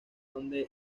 declaración